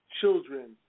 children